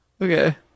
Okay